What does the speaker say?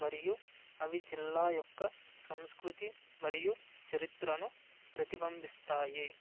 మరియు అవి జిల్లా యొక్క సంస్కృతి మరియు చరిత్రను ప్రతిబింబిస్తాయి